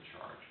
charge